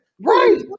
right